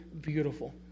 beautiful